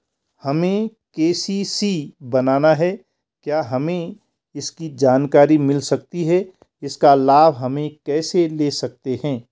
हमें के.सी.सी बनाना है क्या हमें इसकी जानकारी मिल सकती है इसका लाभ हम कैसे ले सकते हैं?